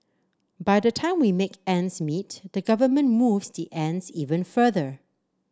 by the time we make ends meet the government moves the ends even further